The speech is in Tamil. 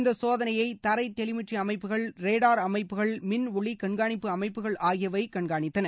இந்தச் சோதனையை தரை டெலிமெட்ரி அமைப்புகள் ரேடார் அமைப்புகள் மின் ஒளி கண்காணிப்பு அமைப்புகள் ஆகியவை கண்காணித்தன